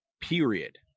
period